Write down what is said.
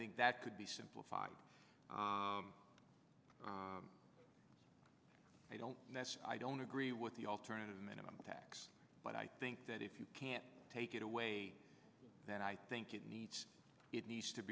think that could be simplified i don't i don't agree with the alternative minimum tax but i think that if you can't take it away then i think it needs it needs to